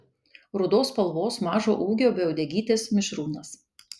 rudos spalvos mažo ūgio be uodegytės mišrūnas